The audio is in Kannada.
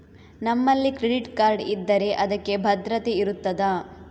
ನಮ್ಮಲ್ಲಿ ಕ್ರೆಡಿಟ್ ಕಾರ್ಡ್ ಇದ್ದರೆ ಅದಕ್ಕೆ ಭದ್ರತೆ ಇರುತ್ತದಾ?